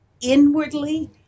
inwardly